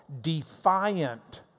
defiant